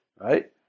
right